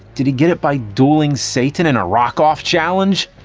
did he get it by dueling satan in a rock off challenge?